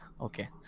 okay